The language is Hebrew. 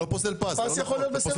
הפס יכול להיות בסדר גמור.